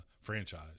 franchise